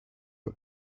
you